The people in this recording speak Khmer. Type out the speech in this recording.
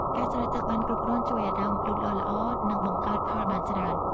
ការស្រោចទឹកបានគ្រប់គ្រាន់ជួយឲ្យដើមលូតលាស់ល្អ និងបង្កើតផលបានច្រើន។